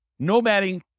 nomading